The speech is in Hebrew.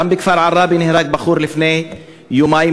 גם בכפר עראבה נהרג בחור לפני יומיים,